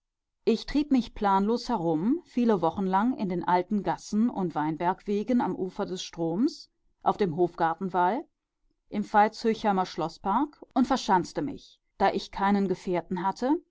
ich trieb mich planlos herum viele wochen lang in den alten gassen und weinbergwegen am ufer des stroms auf dem hofgartenwall im veitshöchheimer schloßpark und verschanzte mich da ich keinen gefährten hatte